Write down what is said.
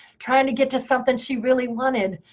trying to get to something she really wanted.